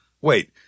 Wait